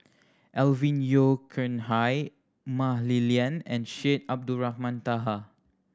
Alvin Yeo Khirn Hai Mah Li Lian and Syed Abdulrahman Taha